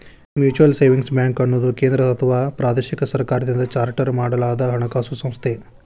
mutual savings ಬ್ಯಾಂಕ್ಅನ್ನುದು ಕೇಂದ್ರ ಅಥವಾ ಪ್ರಾದೇಶಿಕ ಸರ್ಕಾರದಿಂದ ಚಾರ್ಟರ್ ಮಾಡಲಾದಹಣಕಾಸು ಸಂಸ್ಥೆ